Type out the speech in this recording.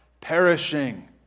perishing